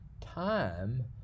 Time